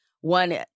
one